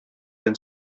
been